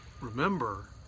Remember